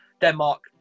Denmark